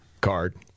Card